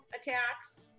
attacks